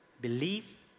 belief